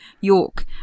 York